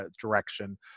direction